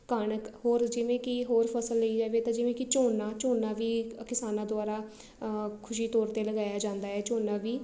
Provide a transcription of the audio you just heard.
ਕਣਕ ਹੋਰ ਜਿਵੇਂ ਕਿ ਹੋਰ ਫਸਲ ਲਈ ਜਾਵੇ ਤਾਂ ਜਿਵੇਂ ਕੀ ਝੋਨਾ ਝੋਨਾ ਵੀ ਕਿਸਾਨਾਂ ਦੁਆਰਾ ਖੁਸ਼ੀ ਤੌਰ 'ਤੇ ਲਗਾਇਆ ਜਾਂਦਾ ਹੈ ਝੋਨਾ ਵੀ